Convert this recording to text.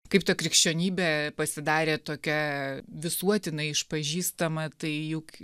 kaip ta krikščionybė pasidarė tokia visuotinai išpažįstama tai juk